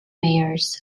mayors